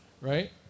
right